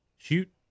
Shoot